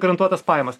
garantuotas pajamas